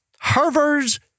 Harvard's